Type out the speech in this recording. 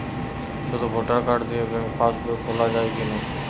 শুধু voter card দিয়ে bank pass বই খোলা যাবে কিনা?